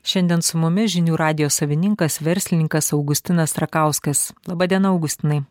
šiandien su mumis žinių radijo savininkas verslininkas augustinas rakauskas laba diena augustinai